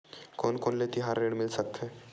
कोन कोन ले तिहार ऋण मिल सकथे?